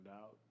out